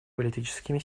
политическими